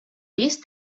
pis